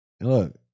Look